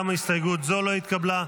גם הסתייגות זו לא התקבלה.